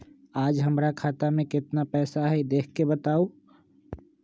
आज हमरा खाता में केतना पैसा हई देख के बताउ?